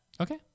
Okay